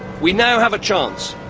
we now have a chance,